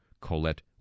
Colette